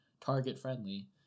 Target-friendly